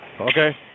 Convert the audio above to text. Okay